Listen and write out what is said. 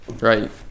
right